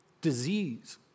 Disease